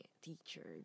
teacher